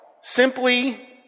simply